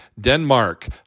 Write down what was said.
Denmark